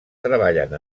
treballen